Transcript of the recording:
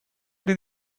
did